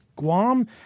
Guam